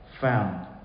found